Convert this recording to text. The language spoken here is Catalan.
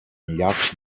llocs